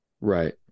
Right